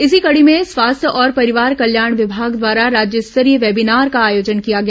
इसी कड़ी में स्वास्थ्य और परिवार कल्याण विभाग द्वारा राज्य स्तरीय वेबीनार का आयोजन किया गया